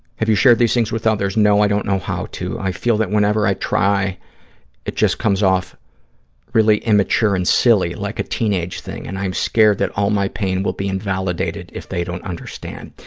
have you shared these things with others? no. i don't know how to. i feel that whenever i try it just comes off really immature and silly, like a teenage thing, and i am scared that all my pain will be invalidated if they don't understand.